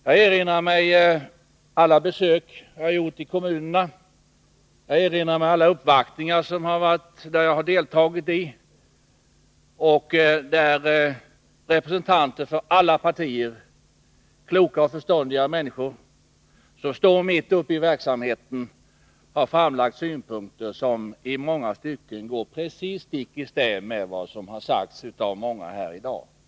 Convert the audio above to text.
Jag erinrar mig alla besök som jag gjort i kommunerna, och jag erinrar mig alla uppvaktningar som jag deltagit i, där representanter för alla partier — kloka och förståndiga människor som står mitt uppe i verksamheten — framlagt synpunkter som i många stycken går precis stick i stäv mot vad som sagts av flera här i dag.